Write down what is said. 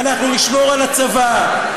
ואנחנו נשמור על הצוואה,